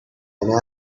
and